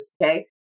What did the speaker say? okay